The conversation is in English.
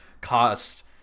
cost